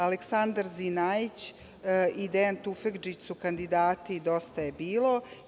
Aleksandar Zinajić i Dejan Tufegdžić su kandidati Dosta je bilo.